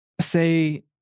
say